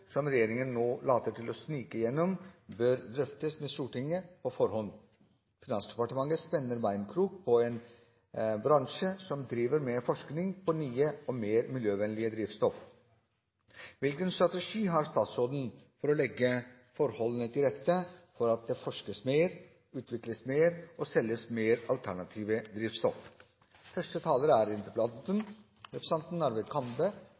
som en del av interpellasjonsdebatten. Hvilken strategi har statsråden for å legge forholdene til rette for at det forskes mer, utvikles mer og selges mer alternative